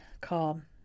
calm